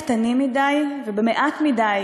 קטנים מדי ומעטים מדי